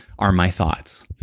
are my thoughts,